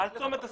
במחלף הסירה.